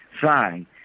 fine